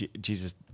Jesus